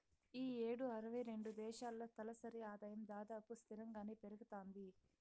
ఈ యేడు అరవై రెండు దేశాల్లో తలసరి ఆదాయం దాదాపు స్తిరంగానే పెరగతాంది